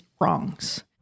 wrongs